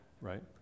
right